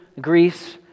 Greece